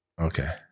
okay